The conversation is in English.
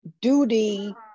duty